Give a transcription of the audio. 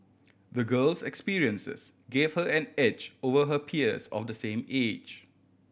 the girl's experiences gave her an edge over her peers of the same age